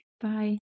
Bye